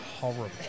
horrible